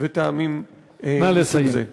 וטעמים מסוג זה.